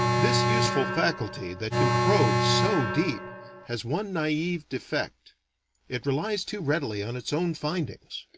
this useful faculty, that can probe so-deep, has one naive defect it relies too readily on its own findings.